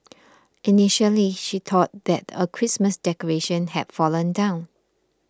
initially she thought that a Christmas decoration had fallen down